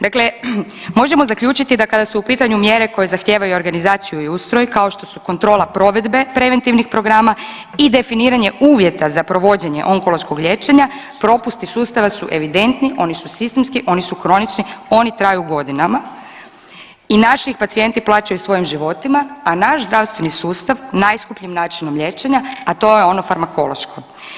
Dakle, možemo zaključiti da kada su u pitanju mjere koje zahtijevaju organizaciju i ustroj kao što su kontrola provedbe preventivnih programa i definiranje uvjeta za provođenje onkološkog liječenja propusti sustava su evidentni, oni su sistemski, oni su kronični, oni traju godinama i naši ih pacijenti plaćaju svojim životima, a naš zdravstveni sustav najskupljim načinom liječenja, a to je ono farmakološko.